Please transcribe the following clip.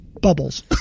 Bubbles